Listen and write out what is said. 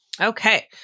Okay